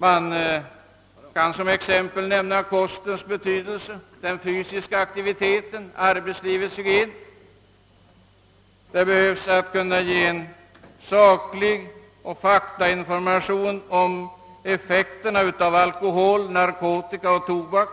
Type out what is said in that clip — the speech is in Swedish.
Jag kan t.ex. nämna upplysning om kostens betydelse, om den fysiska aktiviteten och om arbetslivets hygien. Man måste kunna ge en saklig information om effekten av alkohol, narkotika och tobak